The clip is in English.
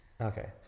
okay